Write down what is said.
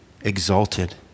exalted